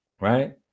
right